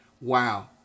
Wow